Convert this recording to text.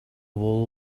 wall